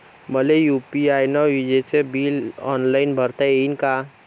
मले यू.पी.आय न विजेचे बिल ऑनलाईन भरता येईन का?